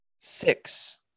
six